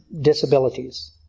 disabilities